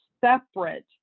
separate